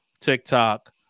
TikTok